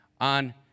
on